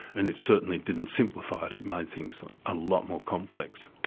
and it certainly didn't simplify it, it made things a lot more complex.